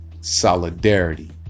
Solidarity